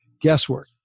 guesswork